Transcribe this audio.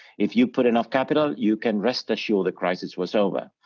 if you put enough capital, you can rest assure the crisis was over.